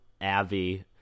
avi